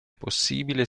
possibile